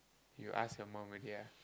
you ask your mom already ah